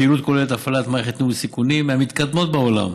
הפעילות כוללת הפעלת מערכת ניהול סיכונים מהמתקדמות בעולם,